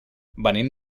venim